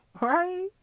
right